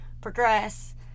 progress